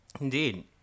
indeed